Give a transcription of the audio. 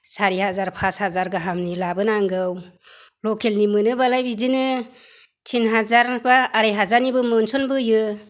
सारि हाजार पास हाजार गाहामनि लाबोनांगौ लकेलनि मोनोबालाय बिदिनो तिन हाजार बा आरै हाजारनिबो मोनसनबोयो